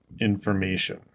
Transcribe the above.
information